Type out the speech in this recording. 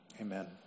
Amen